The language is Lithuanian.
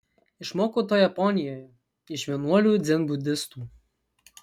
išmokau to japonijoje iš vienuolių dzenbudistų